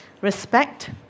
Respect